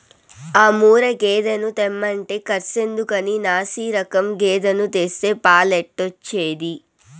ఆ ముర్రా గేదెను తెమ్మంటే కర్సెందుకని నాశిరకం గేదెను తెస్తే పాలెట్టొచ్చేది